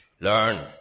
Learn